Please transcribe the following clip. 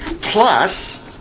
plus